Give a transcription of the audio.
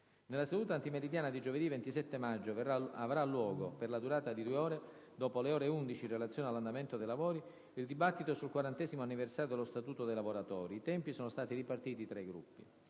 Nella seduta antimeridiana di giovedì 20 maggio avrà luogo, per la durata di 2 ore - dopo le ore 11 in relazione all'andamento dei lavori - il dibattito sul 40° anniversario dello Statuto dei lavoratori. I tempi sono stati ripartiti tra i Gruppi.